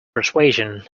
persuasion